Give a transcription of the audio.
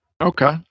okay